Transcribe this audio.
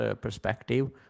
perspective